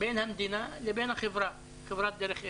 בין המדינה לבין החברה, חברת דרך ארץ.